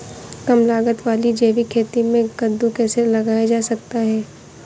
कम लागत वाली जैविक खेती में कद्दू कैसे लगाया जा सकता है?